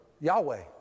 Yahweh